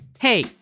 Hey